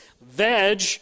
veg